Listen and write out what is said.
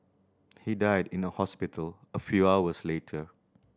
he died in a hospital a few hours later